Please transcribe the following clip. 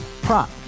Prop